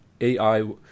AI